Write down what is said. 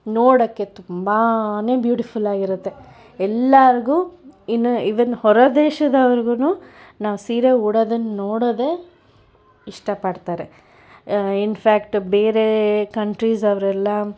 ನೋಡೋಕ್ಕೆ ತುಂಬನೇ ಬ್ಯೂಟಿಫುಲ್ ಆಗಿರುತ್ತೆ ಎಲ್ಲರಿಗೂ ಇನ್ನು ಈವನ್ ಹೊರದೇಶದವ್ರಿಗೂ ನಾವು ಸೀರೆ ಉಡೋದನ್ನು ನೋಡೋದೇ ಇಷ್ಟಪಡ್ತಾರೆ ಇನ್ಫ್ಯಾಕ್ಟ್ ಬೇರೆ ಕಂಟ್ರೀಸ್ ಅವರೆಲ್ಲ